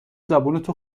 زبونتو